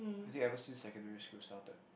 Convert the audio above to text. ever since secondary school started